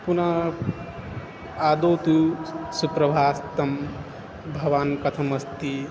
पुनः आदौ तु सुप्रभातं भवान् कथमस्ति